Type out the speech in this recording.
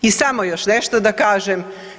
I samo još nešto da kažem.